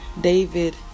David